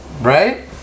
Right